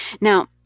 Now